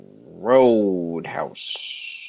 Roadhouse